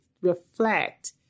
reflect